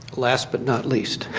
last, but not least.